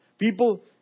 People